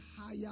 higher